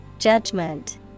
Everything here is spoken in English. Judgment